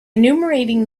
enumerating